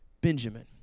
Benjamin